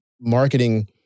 marketing